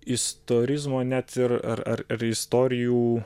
istorizmo net ir ar ar ar istorijų